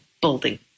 building